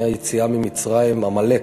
מהיציאה ממצרים, עמלק,